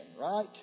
right